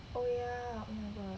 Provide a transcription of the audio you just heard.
oh ya oh my god